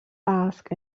ask